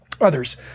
others